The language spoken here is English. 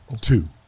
two